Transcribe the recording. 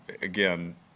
again